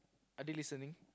are they listening